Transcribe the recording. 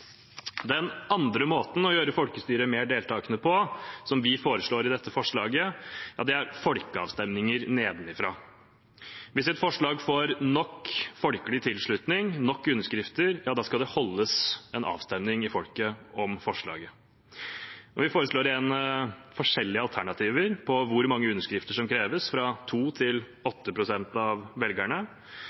Den andre måten vi foreslår å gjøre folkestyret mer deltakende på, er ved folkeavstemninger nedenifra. Hvis et forslag får nok folkelig tilslutning, nok underskrifter, skal det holdes en avstemning i folket om forslaget. Vi foreslår igjen forskjellige alternativer på hvor mange underskrifter som kreves, fra 2 pst. til 8 pst. av velgerne.